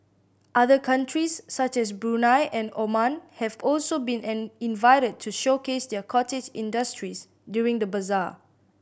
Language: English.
other countries such as Brunei and Oman have also been an invited to showcase their cottage industries during the bazaar